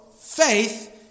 faith